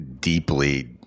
deeply